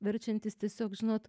verčiantys tiesiog žinot